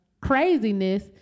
craziness